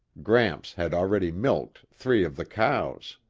gramps had already milked three of the cows.